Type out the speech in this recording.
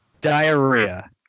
Diarrhea